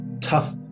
tough